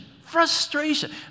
frustration